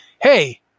Hey